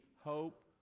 hope